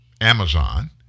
Amazon